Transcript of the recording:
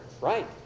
right